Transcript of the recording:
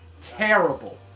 Terrible